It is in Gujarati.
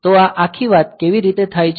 તો આ આખી વાત કેવી રીતે થાય છે